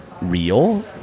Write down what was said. real